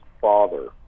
father